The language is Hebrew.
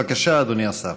בבקשה, אדוני השר.